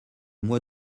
mois